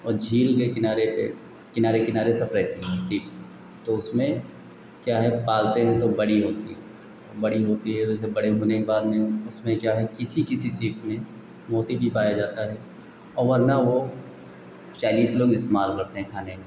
और झील के किनारे पर किनारे किनारे सब रहती हैं सीप तो उसमें क्या है पालते हैं तो बड़ी होती हैं और बड़ी होती है तो जैसे बड़े होने के बाद में उसमें क्या है किसी किसी सीप में मोती भी पाया जाता है और वरना वह चाइनीज़ लोग इस्तेमाल करते हैं खाने में